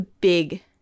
big